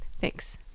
Thanks